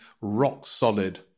rock-solid